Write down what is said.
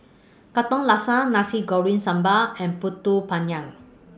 Katong Laksa Nasi Goreng Sambal and Pulut Panggang